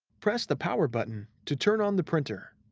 press the power button to turn on the printer.